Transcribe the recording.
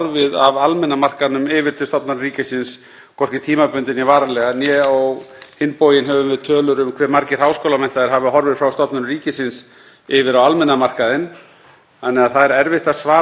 yfir á almenna markaðinn þannig að það er erfitt að svara því nákvæmlega. En auðvitað tökum við alvarlega ábendingum sem við fáum, eins og mér virðist hv. þingmaður hafa fengið í þessari heimsókn, um að